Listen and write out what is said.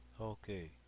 Okay